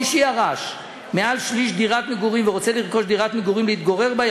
מי שירש מעל שליש דירת מגורים ורוצה לרכוש דירת מגורים להתגורר בה,